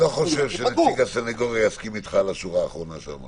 אני לא חושב שנציג הסנגוריה יסכים אתך על השורה האחרונה שאמרת.